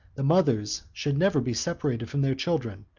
the mothers should never be separated from their children,